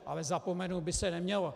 Ale zapomenout by se nemělo.